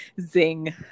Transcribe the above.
Zing